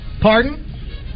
Pardon